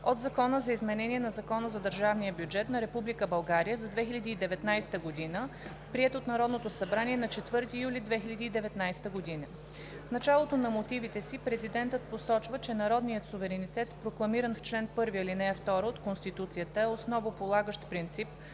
от Закона за изменение на Закона за държавния бюджет на Република България за 2019 г., приет от Народното събрание на 4 юли 2019 г. В началото на мотивите си президентът посочва, че народният суверенитет, прокламиран в чл. 1, ал. 2 от Конституцията, е основополагащ принцип